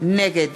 נגד